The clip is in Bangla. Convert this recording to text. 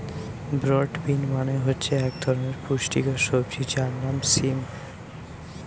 ব্রড বিন মানে হচ্ছে এক ধরনের পুষ্টিকর সবজি যার নাম সিম